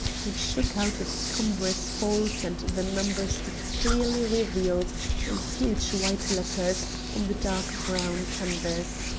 it shook out its cumbrous folds and the number stood clearly revealed in huge white letters on the dark brown canvas.